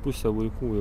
pusę vaikų